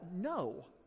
No